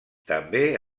també